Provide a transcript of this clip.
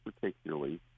particularly